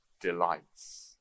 delights